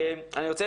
אני רוצה